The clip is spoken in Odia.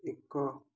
ଏକ